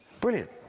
Brilliant